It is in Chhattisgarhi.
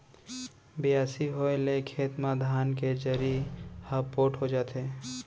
बियासी होए ले खेत म धान के जरी ह पोठ हो जाथे